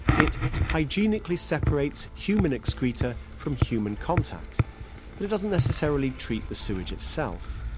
it hygienically separates human excreta from human contact, but it doesn't necessarily treat the sewage itself.